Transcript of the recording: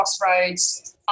crossroads